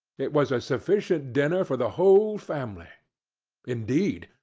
it was a sufficient dinner for the whole family indeed,